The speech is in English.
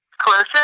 Closer